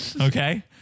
okay